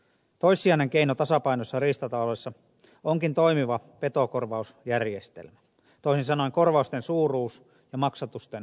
toissijainen keino tasapainoisessa riistataloudessa onkin toimiva petokorvausjärjestelmä toisin sanoen korvausten suuruus ja maksatusten toimivuus